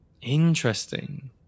Interesting